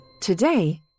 Today